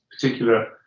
particular